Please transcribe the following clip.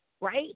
right